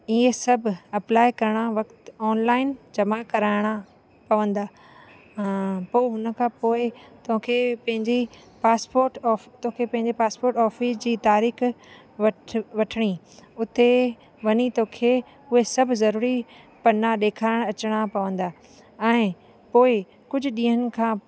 इहे सभु अप्लाए करणु वक़्तु ऑनलाइन जमा कराइणा पवंदा पोइ हुन खां पोइ तोखे पंहिंजी पासपोट ऑफिस तोखे पंहिंजे पासपोट ऑफिस जी तारीख़ वठि वठणी उते वनी तोखे उहे सभु ज़रूरी पना ॾेखारिणा अचणा पवंदा ऐं पोइ कुझु ॾींहनि खां